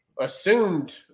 assumed